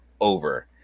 over